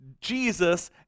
Jesus